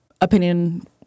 opinion